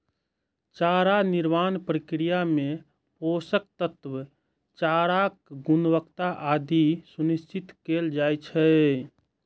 चारा निर्माण प्रक्रिया मे पोषक तत्व, चाराक गुणवत्ता आदि सुनिश्चित कैल जाइ छै